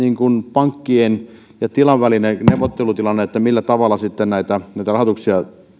pankkien ja tilan välinen neuvottelutilanne millä tavalla näitä näitä rahoituksia